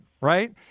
right